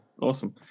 awesome